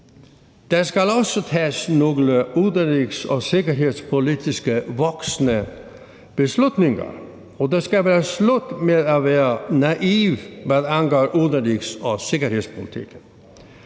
Der skal altså tages nogle udenrigs- og sikkerhedspolitiske voksne beslutninger, og det skal være slut med at være naiv, hvad angår udenrigs- og sikkerhedspolitikken.